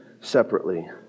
separately